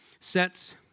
sets